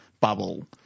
bubble